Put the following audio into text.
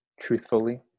truthfully